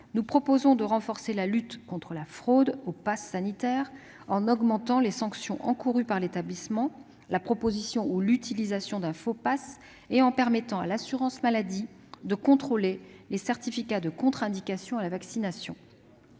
nous proposons de renforcer la lutte contre la fraude au passe sanitaire en aggravant les sanctions encourues en cas d'établissement, de proposition ou d'utilisation d'un faux passe sanitaire, et en permettant à l'assurance maladie de contrôler les certificats de contre-indication à la vaccination.